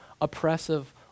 oppressive